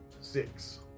Six